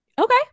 Okay